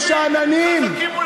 אתם שאננים.